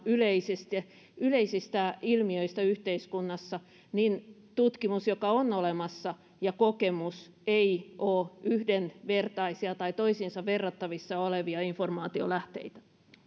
yleisistä ilmiöistä yhteiskunnassa niin tutkimus joka on olemassa ja kokemus eivät ole yhdenvertaisia tai toisiinsa verrattavissa olevia informaatiolähteitä